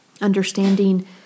Understanding